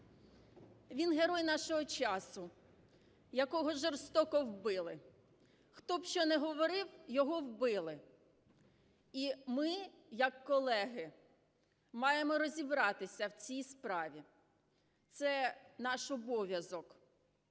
Він герой нашого часу, якого жорсткого вбили. Хто б що не говорив, його вбили. І ми як колеги маємо розібратися в цій справі. Це наш обов'язок